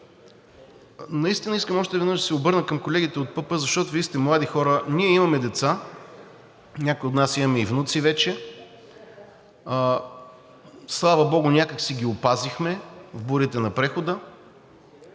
Наистина искам още веднъж да се обърна към колегите от ПП, защото Вие сте млади хора, ние имаме деца, някои от нас имаме и внуци вече, слава богу, някак си ги опазихме в бурите на прехода.